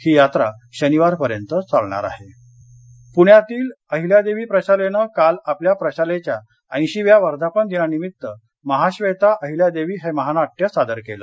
ही यात्रा शनिवार पर्यंत चालणार आहे अहिल्यादेवी प्रशाला पुण्यातील अहिल्यादेवी प्रशालेनं काल आपल्या प्रशालेच्या ऐशीव्या वर्धापन दिनानिमित्त महाव्वेता अहिल्यादेवी हे महानाट्य सादर केलं